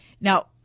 Now